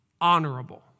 honorable